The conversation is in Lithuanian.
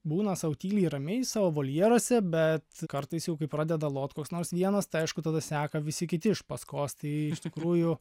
būna sau tyliai ramiai savo voljeruose bet kartais jau pradeda lot koks nors vienas tai aišku tada seka visi kiti iš paskos tai iš tikrųjų